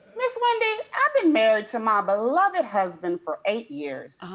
miss wendy, i've been married to my beloved husband for eight years.